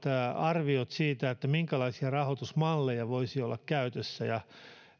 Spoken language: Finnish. arviot siitä minkälaisia rahoitusmalleja voisi olla käytössä